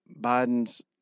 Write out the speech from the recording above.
Biden's